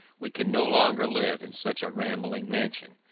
we can no longer live in such a rambling mansion.